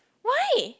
why